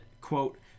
quote